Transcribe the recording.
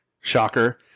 Shocker